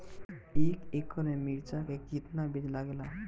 एक एकड़ में मिर्चा का कितना बीज लागेला?